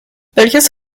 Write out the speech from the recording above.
welches